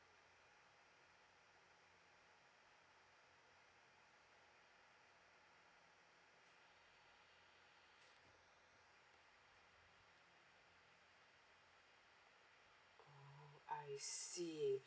oh I see